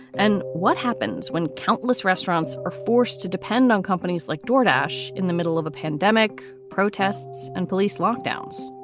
and what happens when countless restaurants are forced to depend on companies like jordache in the middle of a pandemic? protests and police lockdowns.